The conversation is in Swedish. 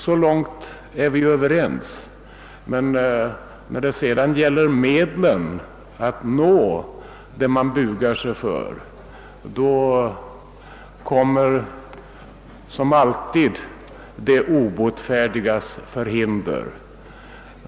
Därom är vi överens, men när det gäller medlen att nå det mål man bugar sig för reser man som alltid de obotfärdigas förhinder.